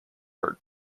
are